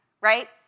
right